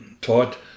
taught